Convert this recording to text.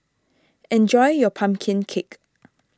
enjoy your Pumpkin Cake